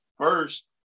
First